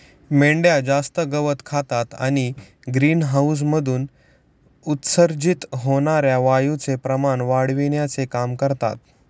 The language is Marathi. मेंढ्या जास्त गवत खातात आणि ग्रीनहाऊसमधून उत्सर्जित होणार्या वायूचे प्रमाण वाढविण्याचे काम करतात